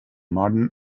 modern